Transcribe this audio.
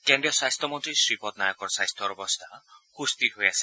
কেন্দ্ৰীয় মন্ত্ৰী শ্ৰীপদ নায়কৰ স্বাস্থ্যৰ অৱস্থা সুস্থিৰ হৈ আছে